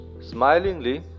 Smilingly